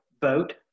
vote